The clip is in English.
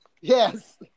Yes